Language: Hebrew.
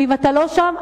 ואם אתה לא שם,